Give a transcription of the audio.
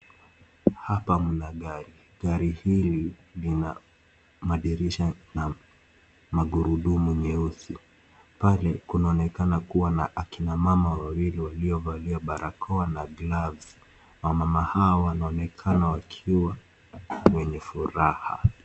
Hapa mna gari. Gari hili lina madirisha na magurudumu nyeusi. Mbali kunaonekana kuwa na akina mama wawili waliovalia barakoa na gloves . Wamama hawa wanaonekana wakiwa wenye furaha.